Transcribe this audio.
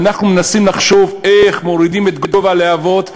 ואנחנו מנסים לחשוב איך מורידים את גובה הלהבות,